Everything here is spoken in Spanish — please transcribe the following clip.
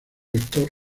vector